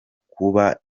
kuba